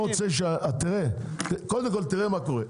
--- תראה קודם כל מה קורה,